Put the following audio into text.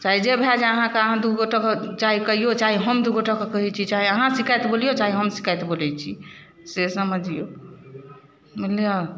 चाहे जे भऽ जाय अहाँके अहाँ दू गोटेके चाहे कहियौ चाहे हम दू गोटेके कहै छी चाहे अहाँ शिकायत बोलियो चाहे हम शिकायत बोलै छी से समझियौ बुझलियै